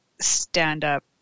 stand-up